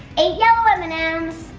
eight yellow m and and